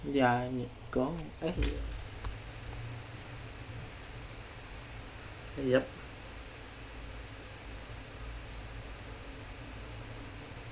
ya gone yup